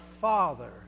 Father